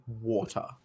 water